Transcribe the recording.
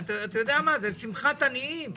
זה שמחת עניים.